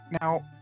Now